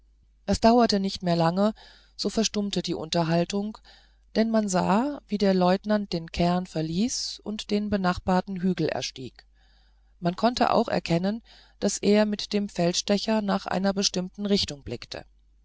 es dauerte nicht mehr lange so verstummte die unterhaltung denn man sah wie der leutnant den cairn verließ und den benachbarten hügel bestieg man konnte auch erkennen daß er mit dem feldstecher nach einer bestimmten richtung blickte